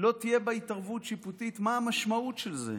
לא תהיה בה התערבות שיפוטית, מה המשמעות של זה.